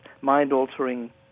mind-altering